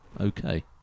Okay